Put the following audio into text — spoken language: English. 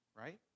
right